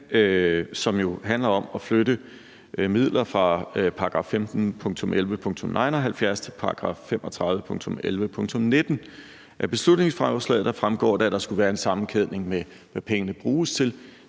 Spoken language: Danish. som jo handler om at flytte midler fra § 15.11.79 til § 35.11.19. Af beslutningsforslaget fremgår det, at der skulle være en sammenkædning med, hvad pengene bruges til.